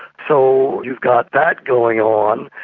so you've got that going on.